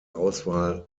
auswahl